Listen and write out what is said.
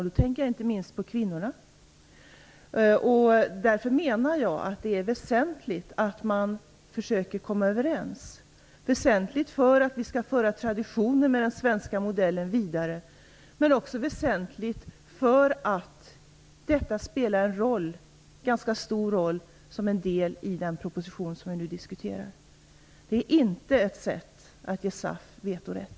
Jag tänker då inte minst på kvinnorna. Därför menar jag att det är väsentligt att man försöker komma överens. Det är väsentligt för att föra traditionen med den svenska modellen vidare, men också eftersom detta spelar en ganska stor roll som del i den proposition vi nu diskuterar. Detta är inte ett sätt att ge SAF vetorätt.